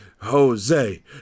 Jose